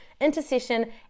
intercession